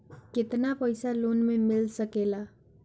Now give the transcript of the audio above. केतना पाइसा लोन में मिल सकेला?